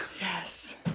Yes